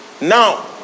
Now